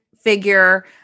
figure